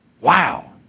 Wow